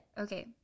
Okay